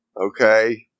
Okay